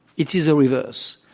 it is the reverse.